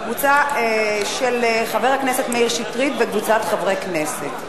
של חבר הכנסת מאיר שטרית וקבוצת חברי כנסת.